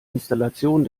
installation